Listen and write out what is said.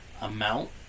amount